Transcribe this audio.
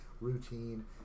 routine